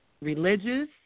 religious